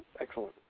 Excellent